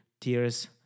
tears